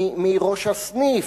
מראש הסניף,